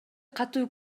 катуу